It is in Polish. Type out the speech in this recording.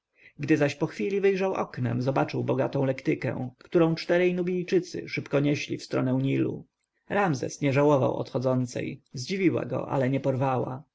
gdy zaś po chwili wyjrzał oknem zobaczył bogatą lektykę którą czterej nubijczycy szybko nieśli w stronę nilu ramzes nie żałował odchodzącej zdziwiła go ale nie porwała